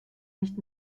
nicht